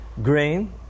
Grain